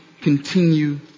continue